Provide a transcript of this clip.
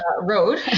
road